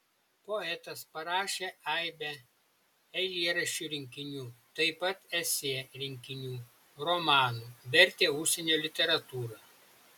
poetas parašė aibę eilėraščių rinkinių taip pat esė rinkinių romanų vertė užsienio literatūrą